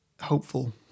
hopeful